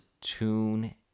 tune